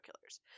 killers